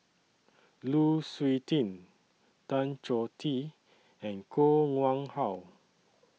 Lu Suitin Tan Choh Tee and Koh Nguang How